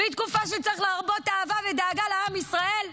בתקופה שצריך להרבות אהבה ודאגה לעם ישראל?